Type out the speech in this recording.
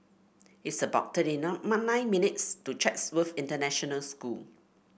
it's about thirty nine minutes' to Chatsworth International School